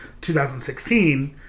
2016